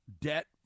debt